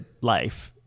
life